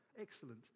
Excellent